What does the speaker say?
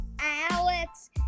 Alex